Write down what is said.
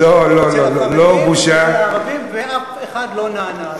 לא, לא בושה, חרדים, ערבים, ואף אחד לא נענה.